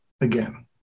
again